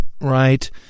right